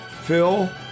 Phil